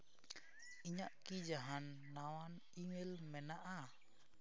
ᱤᱧᱟᱹᱜ ᱠᱤ ᱡᱟᱦᱟᱱ ᱱᱟᱣᱟ ᱤᱢᱮᱞ ᱢᱮᱱᱟᱜᱼᱟ